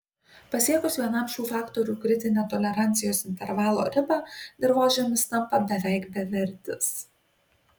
pasiekus vienam šių faktorių kritinę tolerancijos intervalo ribą dirvožemis tampa beveik bevertis